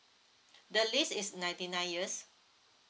the lease is ninety nine years